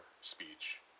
speech